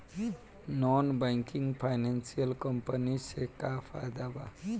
Non banking financial company से का फायदा बा?